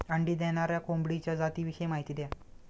अंडी देणाऱ्या कोंबडीच्या जातिविषयी माहिती द्या